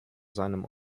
seinem